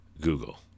Google